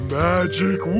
magic